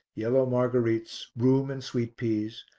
yellow marguerites, broom and sweet peas,